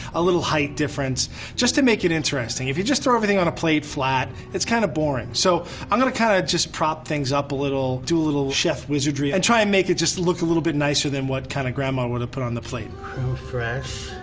a little height difference just to make it interesting. if you just throw everything on a plate flat, it's kinda boring. so i'm gonna kinda just prop things up a little, do a little chef wizardry and try and make it just look a little bit nicer than what kinda grandma woulda put on the plate. creme fraiche,